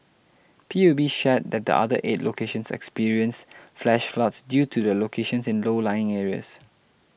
P U B shared that the other eight locations experienced flash floods due to their locations in low lying areas